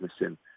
missing